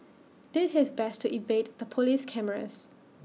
did his best to evade the Police cameras